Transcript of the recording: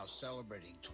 celebrating